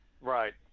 Right